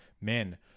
men